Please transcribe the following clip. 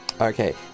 Okay